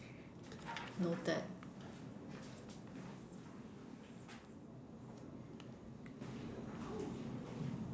noted